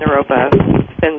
Naropa